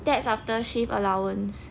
that's after shift allowance